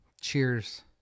Cheers